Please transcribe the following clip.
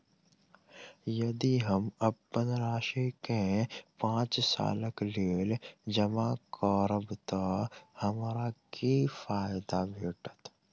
यदि हम अप्पन राशि केँ पांच सालक लेल जमा करब तऽ हमरा की फायदा भेटत?